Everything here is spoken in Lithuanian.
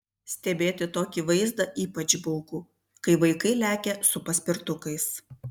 stebėti tokį vaizdą ypač baugu kai vaikai lekia su paspirtukais